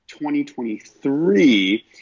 2023